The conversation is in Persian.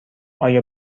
آیا